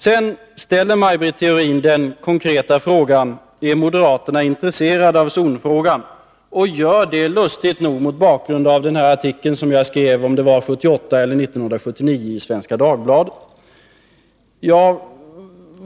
Maj Britt Theorin ställer den konkreta frågan: Är moderaterna intresserade av zonfrågan? Och hon gör det — lustigt nog — mot bakgrund av den artikel som jag skrev 1978 eller 1979 i Svenska Dagbladet.